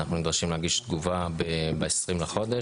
אנחנו נדרשים להגיש תגובה ב-20 בחודש,